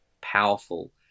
powerful